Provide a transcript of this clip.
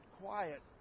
quiet